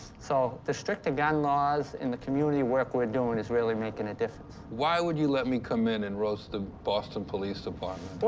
so the stricter gun laws and the community work we're doing is really making a difference. why would you let me come in and roast the boston police department? well,